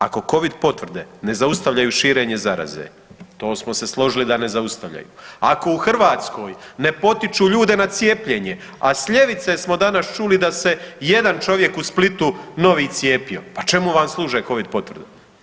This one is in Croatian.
Ako Covid potvrde ne zaustavljaju širenje zaraze, to smo se složili da ne zaustavljaju, ako u Hrvatskoj ne potiču ljude na cijepljenje, a s ljevice smo danas čuli da se jedan čovjek u Splitu novi cijepio, pa čemu vam služe Covid potvrde.